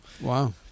wow